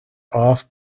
off